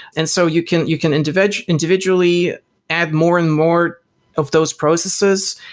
and so you can you can individually individually add more and more of those processes,